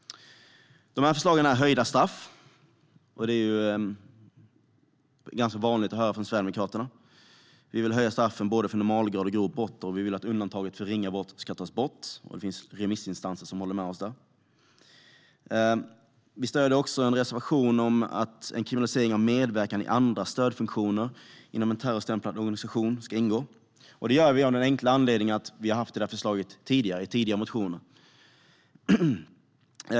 Bland de förslagen är höjda straff. Det är ganska vanligt att höra från Sverigedemokraterna. Vi vill höja straffen både för normalgraden och för grovt brott, och vi vill att undantaget för ringa brott ska tas bort. Det finns remissinstanser som håller med oss där. Vi stöder också en reservation om att en kriminalisering av medverkan i andra stödfunktioner inom en terrorstämplad organisation ska ingå. Det gör vi av den enkla anledningen att vi har haft det förslaget i tidigare motioner.